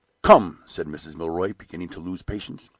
come! said mrs. milroy, beginning to lose patience.